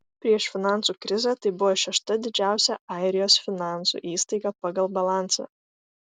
prieš finansų krizę tai buvo šešta didžiausia airijos finansų įstaiga pagal balansą